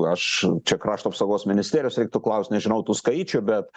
aš čia krašto apsaugos ministerijos reiktų klaust nežinau tų skaičių bet